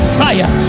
fire